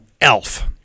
Elf